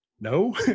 no